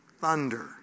Thunder